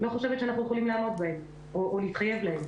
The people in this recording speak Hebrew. חושבת שאנחנו יכולים לעמוד בהם או להתחייב להם.